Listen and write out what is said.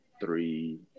three